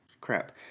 crap